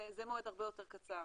זה מועד הרבה יותר קצר,